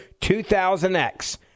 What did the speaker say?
2000X